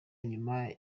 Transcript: nyuma